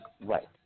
right